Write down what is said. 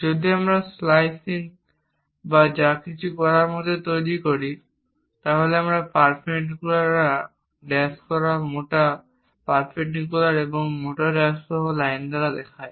যদি আমরা স্লাইসিং বা যা কিছু করার মতো কিছু তৈরি করি আমরা তা পারপেন্ডিকুলারা ড্যাশ করা মোটা পারপেন্ডিকুলারা এবং মোটা ড্যাশযুক্ত লাইন দ্বারা দেখাই